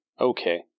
Okay